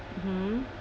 mmhmm